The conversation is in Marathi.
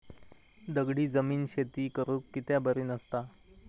दगडी जमीन शेती करुक कित्याक बरी नसता?